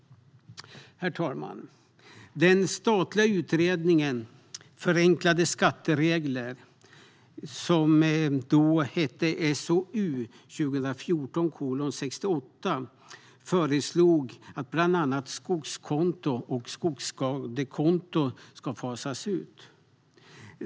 Herr talman! Den statliga utredningen om förenklade skatteregler SOU 2014:68 föreslog att bland annat skogskonton och skogsskadekonton ska fasas ut.